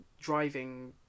driving